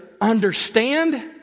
understand